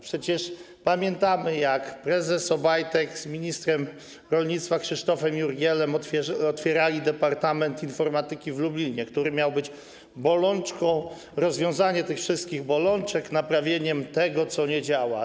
Przecież pamiętamy, jak prezes Obajtek z ministrem rolnictwa Krzysztofem Jurgielem otwierali Departament Informatyki w Lublinie, który miał być rozwiązaniem tych wszystkich bolączek, naprawieniem tego, co nie działa.